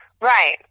Right